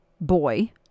boy